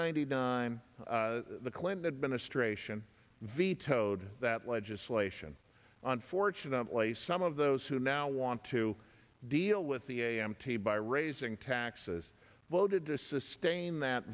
ninety nine the clinton administration vetoed that legislation on fortunately some of those who now want to deal with the a m t by raising taxes voted to sustain that